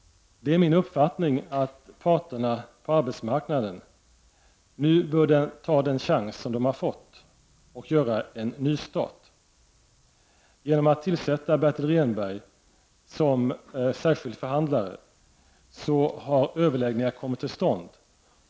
Det är min uppfattning att parterna på arbetsmarknaden bör ta den chans de fått att göra en nystart. Efter det att Bertil Rehnberg har tillsatts som särskild förhandlare har överläggningar kommit till stånd.